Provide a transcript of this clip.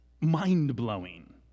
mind-blowing